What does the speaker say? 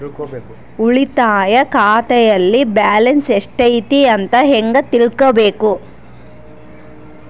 ಉಳಿತಾಯ ಖಾತೆಯಲ್ಲಿ ಬ್ಯಾಲೆನ್ಸ್ ಎಷ್ಟೈತಿ ಅಂತ ಹೆಂಗ ತಿಳ್ಕೊಬೇಕು?